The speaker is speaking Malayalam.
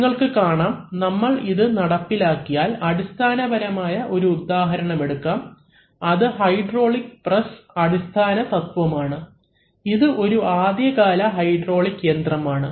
നിങ്ങൾക്ക് കാണാം നമ്മൾ ഇത് നടപ്പിലാക്കിയാൽ അടിസ്ഥാനപരമായ ഒരു ഉദാഹരണമെടുക്കാം അത് ഹൈഡ്രോളിക് പ്രസ് അടിസ്ഥാന തത്വം ആണ് ഇത് ഒരു ആദ്യകാല ഹൈഡ്രോളിക് യന്ത്രമാണ്